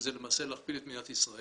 שזה למעשה להכפיל את מדינת ישראל,